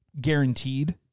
guaranteed